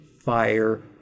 fire